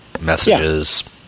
messages